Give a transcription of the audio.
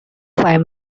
five